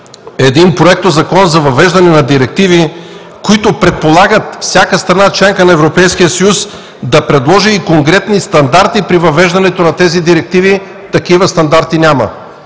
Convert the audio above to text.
законопроект за въвеждане на директиви, които предполагат всяка страна – членка на Европейския съюз, трябва да предложи и конкретни стандарти при въвеждането на тези директиви. Такива стандарти няма!